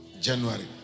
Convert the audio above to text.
January